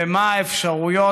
ומה האפשרויות,